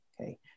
okay